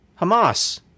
Hamas